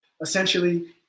essentially